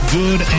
good